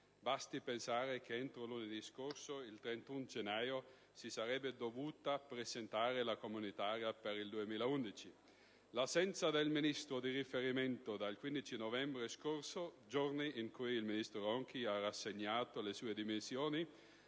Basti pensare che entro lunedì scorso, il 31 gennaio, si sarebbe dovuta presentare la comunitaria per il 2011. L'assenza del Ministro di riferimento, dal 15 novembre scorso, giorno in cui il ministro Ronchi ha rassegnato le sue dimissioni,